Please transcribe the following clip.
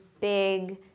big